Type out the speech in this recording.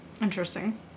Interesting